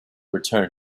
return